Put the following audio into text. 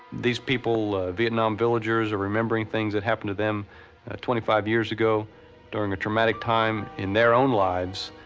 these people, vietnam villagers, are remembering things that happened to them twenty five years ago during a traumatic time in their own lives.